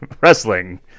wrestling